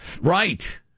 Right